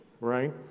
right